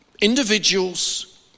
individuals